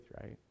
right